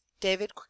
david